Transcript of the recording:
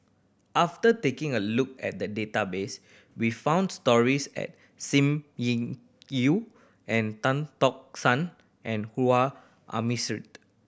after taking a look at the database we found stories at Sim Yi Yew and Tan Tock San and Harun Aminurrashid